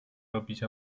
robić